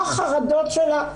מה החרדות שלה,